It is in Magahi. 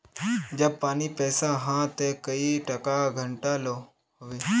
जब पानी पैसा हाँ ते कई टका घंटा लो होबे?